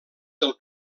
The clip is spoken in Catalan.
del